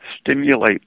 stimulate